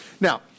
Now